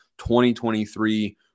2023